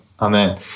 amen